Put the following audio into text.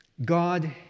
God